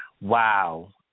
Wow